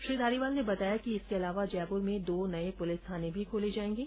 श्री धारीवाल ने बताया कि इसके अलावा जयपुर में दो नये पुलिस थाने भी खोले जायेंगे